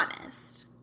honest